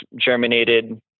germinated